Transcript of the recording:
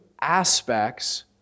aspects